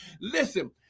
Listen